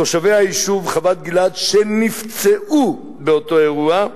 תושבי היישוב חוות-גלעד שנפצעו באותו אירוע.